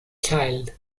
child